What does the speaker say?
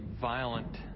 violent